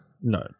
no